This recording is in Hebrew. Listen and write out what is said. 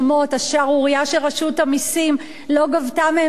השערורייה שרשות המסים לא גבתה מהן שומות